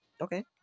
Okay